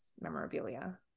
memorabilia